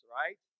right